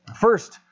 First